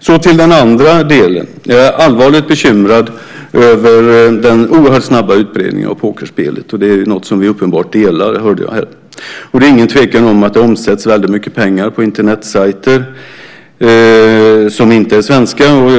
Så till den andra delen. Jag är allvarligt bekymrad över den oerhört snabba utbredningen av pokerspelet. Det är något som vi uppenbart delar. Det hörde jag här. Det är ingen tvekan om att det omsätts väldigt mycket pengar på Internetsajter som inte är svenska.